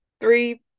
three